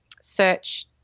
search